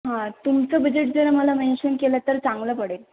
हां तुमचं बजेट जरा मला मेन्शन केलं तर चांगलं पडेल